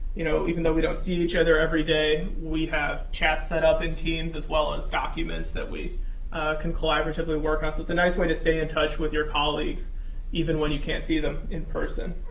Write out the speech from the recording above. you know, even though we don't see each other every day, we have chat set up in teams as well as documents that we can collaboratively work on, so it's a nice way to stay in touch with your colleagues even when you can't see them in person.